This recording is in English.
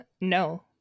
No